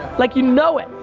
like you know it,